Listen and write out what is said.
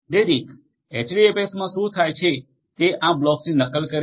તેથી એચડીએફએસમાં શું થાય છે તે આ બ્લોક્સની નકલ કરે છે